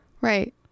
Right